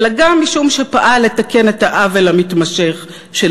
אלא גם משום שפעל לתקן את העוול המתמשך של